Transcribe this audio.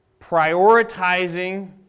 prioritizing